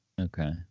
Okay